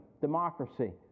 democracy